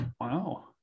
Wow